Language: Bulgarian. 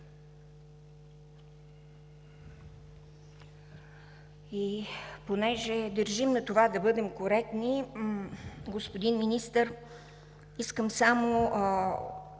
Понеже държим на това да бъдем коректни, господин Министър, искам само